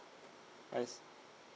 I see